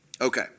Okay